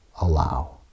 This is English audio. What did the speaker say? allow